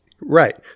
Right